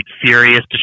furious